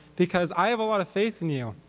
because i have a lot of faith in you.